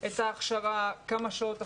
את ההכשרה, כמה שעות הכשרה,